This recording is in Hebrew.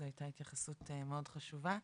זו הייתה התייחסות מאוד חשובה.